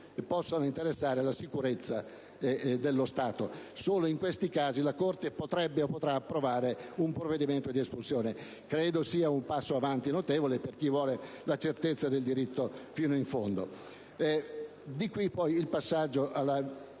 che possano interessare la sicurezza dello Stato. Solo in questi casi la Corte potrebbe o potrà approvare un provvedimento di espulsione: credo che ciò sia un passo avanti notevole per chi vuole la certezza del diritto fino in fondo. Di qui, poi, il passaggio